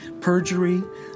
perjury